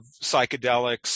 psychedelics